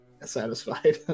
satisfied